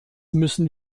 müssen